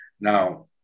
Now